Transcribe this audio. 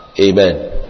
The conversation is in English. Amen